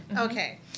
Okay